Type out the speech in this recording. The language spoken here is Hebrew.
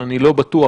אז אני לא בטוח.